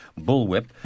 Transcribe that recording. bullwhip